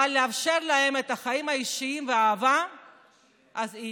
אבל לאפשר להם את החיים האישיים והאהבה אי-אפשר.